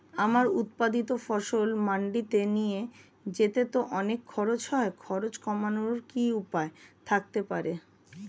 আমার উৎপাদিত ফসল মান্ডিতে নিয়ে যেতে তো অনেক খরচ হয় খরচ কমানোর কি উপায় থাকতে পারে?